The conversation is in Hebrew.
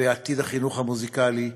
ואת עתיד החינוך המוזיקלי.